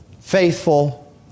faithful